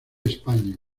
españa